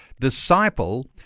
Disciple